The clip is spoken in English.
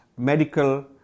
Medical